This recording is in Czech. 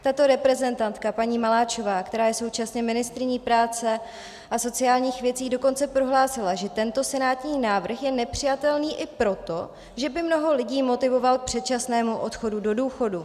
Tato reprezentantka paní Maláčová, která je současně ministryní práce a sociálních věcí, dokonce prohlásila, že tento senátní návrh je nepřijatelný i proto, že by mnoho lidí motivoval k předčasnému odchodu do důchodu.